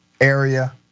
area